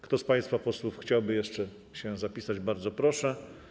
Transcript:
Kto z państwa posłów chciałby jeszcze się zapisać, bardzo proszę.